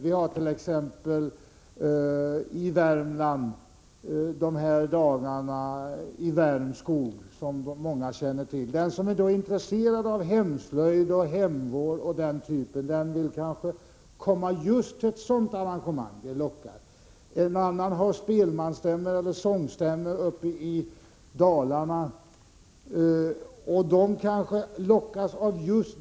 I Värmskog i Värmland pågår just nu, som många känner till, hemslöjdsdagar. Den som är intresserad av hemslöjd, hemvård o.d. vill kanske komma till just ett sådant arrangemang. En annan lockas av spelmansstämmor eller sångstämmor i Dalarna.